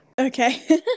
okay